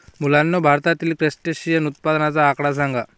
मुलांनो, भारतातील क्रस्टेशियन उत्पादनाचा आकडा सांगा?